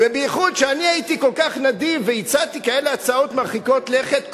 ובייחוד שאני הייתי כל כך נדיב והצעתי כאלה הצעות מרחיקות לכת,